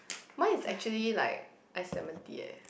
mine is actually like ice lemon tea eh